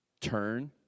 turn